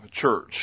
church